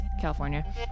California